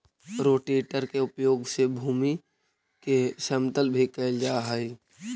rotator के उपयोग से भूमि के समतल भी कैल जा हई